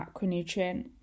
macronutrient